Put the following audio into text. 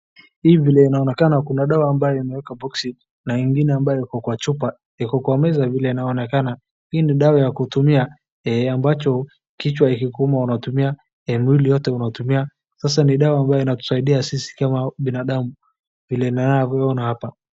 Hii vile inaonekana kuna dawa ambayo imewekwa kwa boksi, na ingine ambayo iko kwa chupa, iko kwa meza vile inaonekana. Hii ni dawa ya kutumia, ambacho kichwa ikikuuma unatumia, mwili yote unatumia, sasa ni dawa ambayo inatusaidia sisi kama binadamu vile unavyoona hapa.